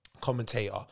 commentator